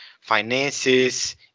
finances